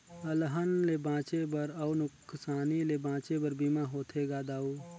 अलहन ले बांचे बर अउ नुकसानी ले बांचे बर बीमा होथे गा दाऊ